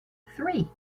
three